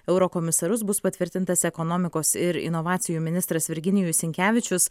eurokomisarus bus patvirtintas ekonomikos ir inovacijų ministras virginijus sinkevičius